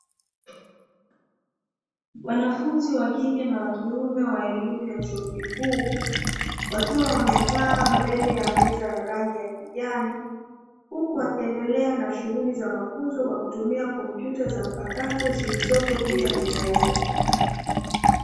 Wanafunzi wakike na wakiume wa elimu ya chuo kikuu wakiwa wamekaa mbele ya meza ya rangi ya kijani, huku wakiendelea na shughuli za mafunzo kwa kutumia kompyuta za mpakato zilizoko juu ya meza hiyo.